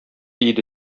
иде